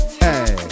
hey